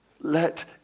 Let